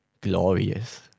glorious